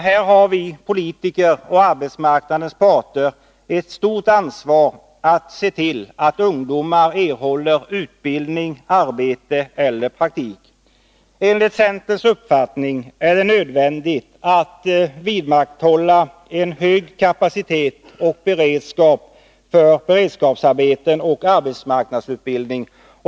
Här har vi politiker och arbetsmarknadens parter ett stort ansvar att se till att ungdomar erhåller utbildning, arbete eller praktik. Enligt centerns uppfattning är det nödvändigt att vidmakthålla en hög kapacitet och beredskap för beredskapsarbeten och arbetsmarknadsutbildning.